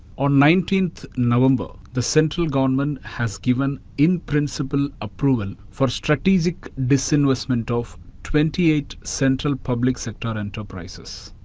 on nineteenth november, the central government has given in-principle approval for strategic disinvestment of twenty eight central public sector enterprises.